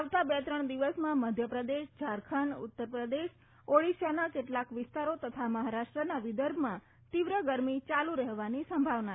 આવતા બે ત્રણ દિવસમાં મધ્યપ્રદેશ ઝારખંડ ઉત્તરપ્રદેશ ઓડિશાના કેટલાક વિસ્તારો તથા મહારાષ્ટ્રના વિદર્ભમાં તીવ્ર ગરમી ચાલુ રહેવાની સંભાવના છે